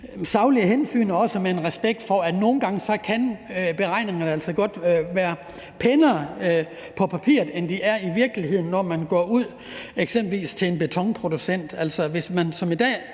og også med en respekt for, at nogle gange kan beregninger godt være pænere på papiret, end de er i virkeligheden, når man eksempelvis går ud til en betonproducent.